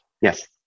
Yes